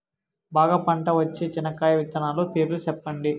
బాగా పంట వచ్చే చెనక్కాయ విత్తనాలు పేర్లు సెప్పండి?